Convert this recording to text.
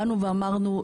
אמרנו,